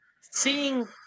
seeing